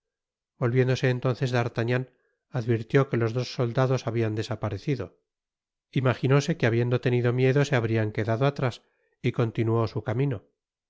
dose entonces d'artagnan advirtió que los dos soldados habian desaparecido content from google book search generated at imaginóse que habiendo tenido miedo se habrian quedado atrás y continuó su camino